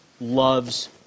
loves